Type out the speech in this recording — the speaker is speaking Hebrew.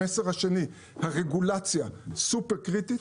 המסר שני הוא הרגולציה, סופר קריטית.